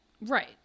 Right